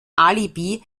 alibi